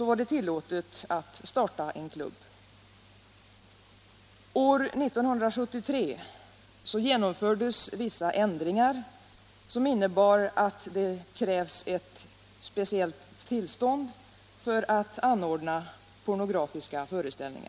var det tillåtet att starta en klubb. År 1973 genomfördes vissa ändringar som innebar att det krävdes ett särskilt tillstånd för att anordna pornografisk föreställning.